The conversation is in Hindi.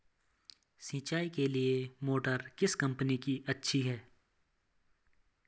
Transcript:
सिंचाई के लिए मोटर किस कंपनी की अच्छी है?